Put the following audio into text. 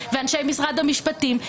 ואנשי משרד המשפטים,